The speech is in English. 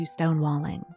stonewalling